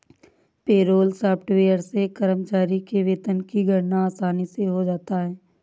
payroll software से कर्मचारी के वेतन की गणना आसानी से हो जाता है